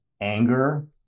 anger